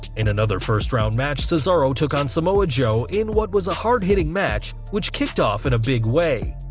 in another first round match, cesario took on samoa joe in what was a hard-hitting match, which kicked off in a big way.